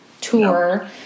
tour